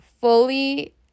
fully